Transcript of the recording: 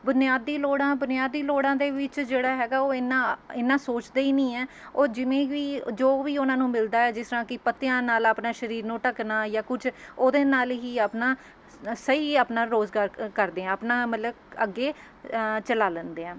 ਬੁਨਿਆਦੀ ਲੋੜਾਂ ਬੁਨਿਆਦੀ ਲੋੜਾਂ ਦੇ ਵਿੱਚ ਜਿਹੜਾ ਹੈਗਾ ਉਹ ਇਨਾ ਇਨਾ ਸੋਚਦੇ ਹੀ ਨੀ ਹੈ ਉਹ ਜਿਵੇਂ ਵੀ ਜੋ ਵੀ ਉਹਨਾਂ ਨੂੰ ਮਿਲਦਾ ਜਿਸ ਤਰ੍ਹਾਂ ਕਿ ਪੱਤਿਆਂ ਨਾਲ ਆਪਣਾ ਸਰੀਰ ਨੂੰ ਢੱਕਣਾ ਜਾਂ ਕੁਝ ਉਹਦੇ ਨਾਲ ਹੀ ਆਪਣਾ ਸਹੀ ਆਪਣਾ ਰੋਜ਼ ਕਰ ਕਰਦੇ ਆ ਆਪਣਾ ਮਤਲਬ ਅੱਗੇ ਚਲਾ ਲੈਂਦੇ ਹਨ